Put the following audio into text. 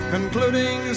Concluding